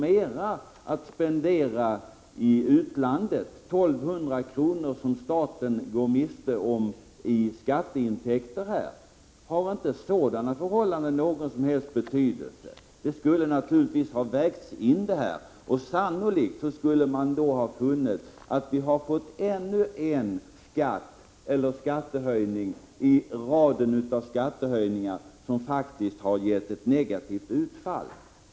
mer att spendera i utlandet än om den åker charterflyg. Staten går alltså miste om 1 200 kr. i skatteintäkter. Har inte sådana förhållanden någon som helst betydelse? Detta skulle naturligtvis ha vägts in i en bedömning. Sannolikt skulle man då ha funnit att vi hade fått ännu en skattehöjning i raden av skattehöjningar som faktiskt ger ett negativt utfall.